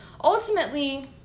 ultimately